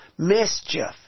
Mischief